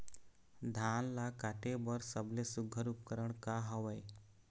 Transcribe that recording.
धान ला काटे बर सबले सुघ्घर उपकरण का हवए?